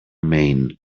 maine